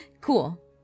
Cool